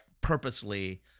purposely